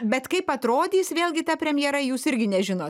bet kaip atrodys vėlgi ta premjera jūs irgi nežino